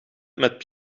met